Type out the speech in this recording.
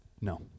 No